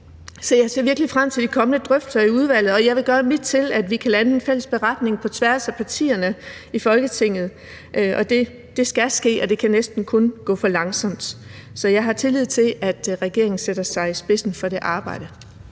virkelig frem til de kommende drøftelser i udvalget, og jeg vil gøre mit til, at vi kan lande en fælles beretning på tværs af partierne i Folketinget, og det skal ske, og det kan næsten kun gå for langsomt. Så jeg har tillid til, at regeringen sætter sig i spidsen for det arbejde.